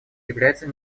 является